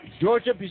Georgia